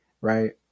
right